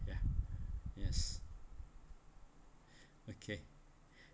ya yes okay